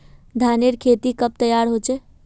धानेर खेती कब तैयार होचे?